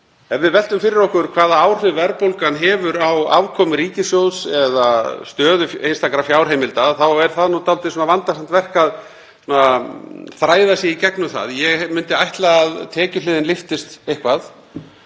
Ef við veltum fyrir okkur hvaða áhrif verðbólgan hefur á afkomu ríkissjóðs eða stöðu einstakra fjárheimilda þá er það nú dálítið vandasamt verk að þræða sig í gegnum. Ég myndi ætla að tekjuhliðin lyftist eitthvað